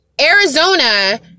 Arizona